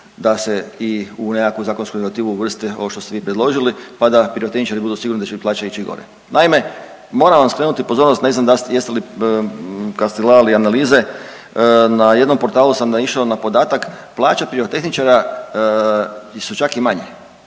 da se i u nekakvu zakonsku regulativu uvrsti ovo što ste vi predložili, pa da pirotehničari budu sigurni da će im plaća ići gore. Naime, moram vam skrenuti pozornost, ne znam jeste li, kad ste gledali analize na jednom portalu sam naišao na podatak plaće pirotehničara su čak i manje.